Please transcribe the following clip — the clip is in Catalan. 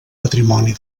patrimoni